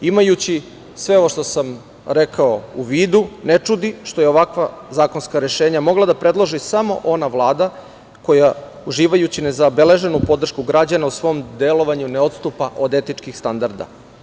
Imajući sve ovo šta sam rekao u vidu, ne čudi što je ovakva zakonska rešenja mogla da predloži samo ona Vlada koja, uživajući nezabeleženu podršku građana u svom delovanju, ne odstupa od etičkih standarda.